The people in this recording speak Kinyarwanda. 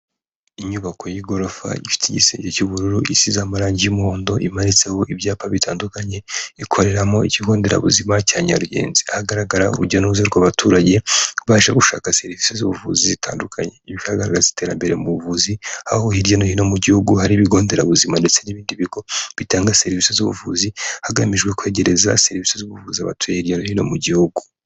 Inyubako y'igorofa ifite igisenge cy'ubururu, isize amarangi y'umuhondo, imanitseho ibyapa bitandukanye, ikoreramo Ikigo Nderabuzima cya Nyarugenzi. Ahagaragara urujya n'uruza rw'abaturage, baje gushaka serivise z'ubuvuzi zitandukanye. Ibi bikagaraza iterambere mu buvuzi, aho hirya no hino mu Gihugu hari ibigo nderabuzima ndetse n'ibindi bigo bitanga serivisi z'ubuvuzi, hagamijwe kwegereza serivisi z'ubuvuzi abatuye hirya no hino mu Gihugu.